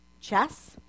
chess